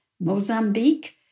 Mozambique